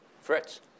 Fritz